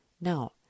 Now